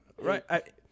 right